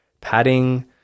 padding